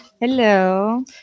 Hello